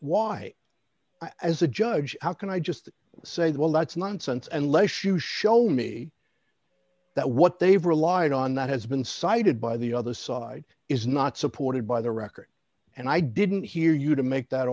why as a judge how can i just say well that's nonsense and less you show me that what they've relied on that has been cited by the other side is not supported by the record and i didn't hear you to make that